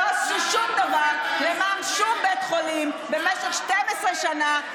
שלא עשו שום דבר למען שום בית חולים במשך 12 שנה,